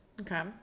Okay